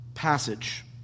passage